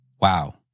Wow